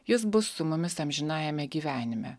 jis bus su mumis amžinajame gyvenime